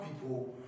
people